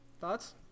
Thoughts